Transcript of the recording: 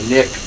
Nick